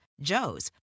Joe's